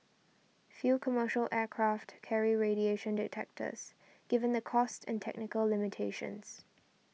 few commercial aircraft carry radiation detectors given the costs and technical limitations